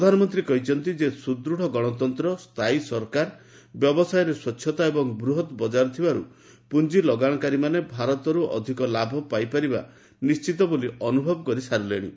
ପ୍ରଧାନମନ୍ତ୍ରୀ କହିଛନ୍ତି ଯେ ସୁଦୃଢ଼ ଗଶତନ୍ତ୍ର ସ୍ଥାୟୀ ସରକାର ବ୍ୟବସାୟରେ ସ୍ପଚ୍ଛତା ଏବଂ ଏକ ବୃହତ ବଜାର ଥିବାରୁ ପୁଞ୍ଜି ଲଗାଣକାରୀମାନେ ଭାରତରୁ ଅଧିକ ଲାଭ ପାଇପାରିବା ନିଶ୍ଚିତ ବୋଲି ଅନୁଭବ କରିସାରିଲେଣି